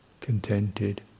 contented